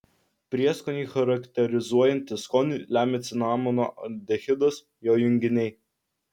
prieskonį charakterizuojantį skonį lemia cinamono aldehidas jo junginiai